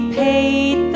paid